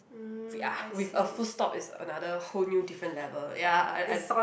ya with a full stop is another whole new different level ya I I